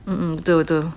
mm mm betul betul